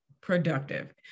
productive